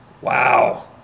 Wow